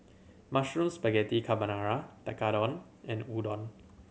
Mushroom Spaghetti Carbonara Tekkadon and Udon